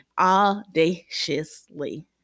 audaciously